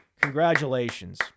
congratulations